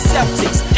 Celtics